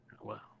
Wow